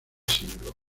siglo